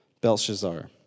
Belshazzar